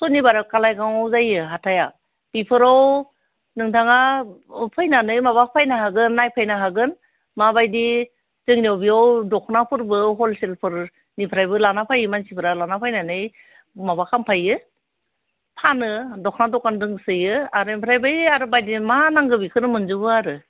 सनिबाराव कालाइगावआव जायो हाथाइआ बेफोराव नोंथाङा अह फैनानै माबाफैनो हागोन नायफैनो हागोन माबायदि जोंनियाव बेयाव दख'नाफोरबो हल सेलफोर निफ्रायबो लाना फैयो मानसिफोरा लाना फैनानै माबा खामफैयो फानो दख'ना दखान दोंसोयो आरो ओमफ्राय बै आरो बायदि मा नांगौ बिखौनो मोनजोबो आरो